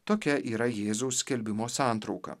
tokia yra jėzaus skelbimo santrauka